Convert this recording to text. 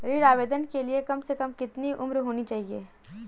ऋण आवेदन के लिए कम से कम कितनी उम्र होनी चाहिए?